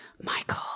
Michael